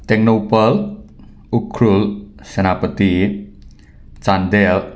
Tengnoupal Ukhrul Senapati Chandel